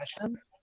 questions